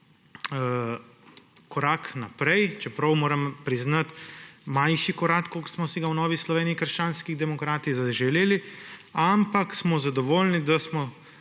korak naprej, čeprav moram priznati, da manjši korak, kot smo si ga v Novi Sloveniji - krščanskih demokratih zaželeli, ampak smo zadovoljni, da smo